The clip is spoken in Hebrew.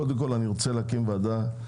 קודם כל אני רוצה להקים ועדה.